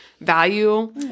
value